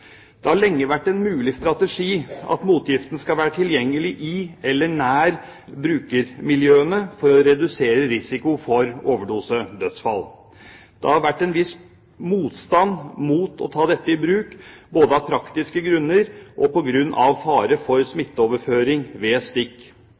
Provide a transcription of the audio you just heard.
Det har lenge vært en mulig strategi at motgiften skal være tilgjengelig i eller nær brukermiljøene for å redusere risiko for overdosedødsfall. Det har vært en viss motstand mot å ta dette i bruk, både av praktiske grunner og på grunn av fare for